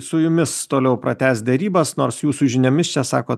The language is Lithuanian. su jumis toliau pratęs derybas nors jūsų žiniomis čia sakot